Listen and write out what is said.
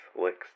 licks